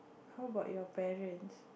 how about your parents